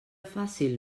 fàcil